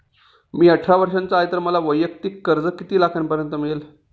मी अठरा वर्षांचा आहे तर मला वैयक्तिक कर्ज किती लाखांपर्यंत मिळेल?